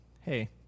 Hey